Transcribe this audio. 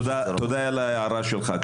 תודה על ההערה שלך.